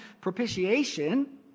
propitiation